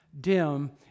dim